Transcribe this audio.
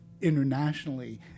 internationally